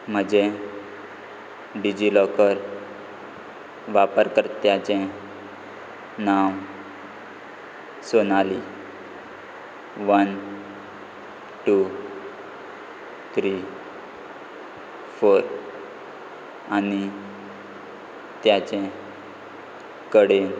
म्हजें DigiLocker वापरकर्त्याचें नांव Sonali one two three four आनी ताचे कडेन